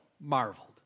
marveled